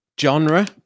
genre